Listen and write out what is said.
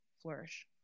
flourish